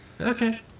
Okay